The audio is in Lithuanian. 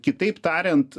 kitaip tariant